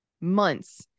months